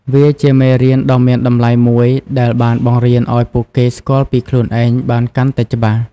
វាជាមេរៀនដ៏មានតម្លៃមួយដែលបានបង្រៀនឱ្យពួកគេស្គាល់ពីខ្លួនឯងបានកាន់តែច្បាស់។